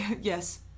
yes